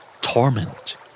Torment